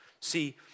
See